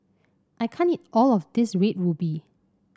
I can't eat all of this Red Ruby